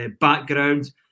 background